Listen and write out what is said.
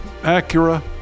Acura